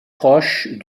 proche